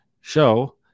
show